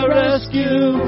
rescue